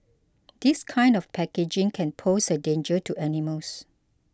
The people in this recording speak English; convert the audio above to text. this kind of packaging can pose a danger to animals